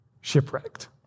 shipwrecked